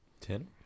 Ten